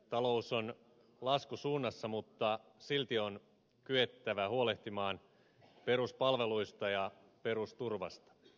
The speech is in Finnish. talous on laskusuunnassa mutta silti on kyettävä huolehtimaan peruspalveluista ja perusturvasta